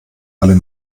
alle